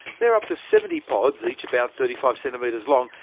there are up to seventy pods, each about thirty five centimetres long,